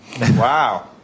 Wow